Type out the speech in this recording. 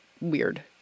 weird